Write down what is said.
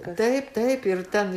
taip taip ir ten